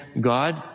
God